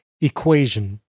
equation